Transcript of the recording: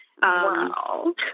Wow